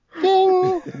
Ding